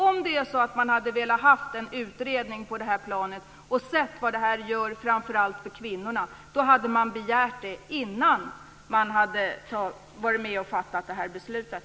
Om man hade velat ha en utredning och sett vad detta innebär framför allt för kvinnor, hade man begärt det innan man hade varit med och fattat det här beslutet.